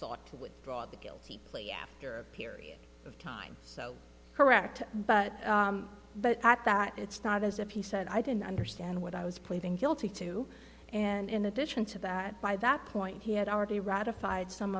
sought to withdraw the guilty plea after a period of time so correct but but at that it's not as if he said i didn't understand what i was pleading guilty to and in addition to that by that point he had already ratified some